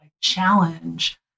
challenge